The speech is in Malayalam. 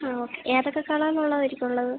ആ ഓ ഏതൊക്കെ കളറിലുള്ളത് ആയിരിക്കും ഉള്ളത്